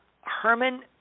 Herman